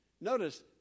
Notice